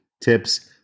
tips